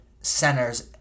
centers